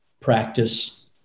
practice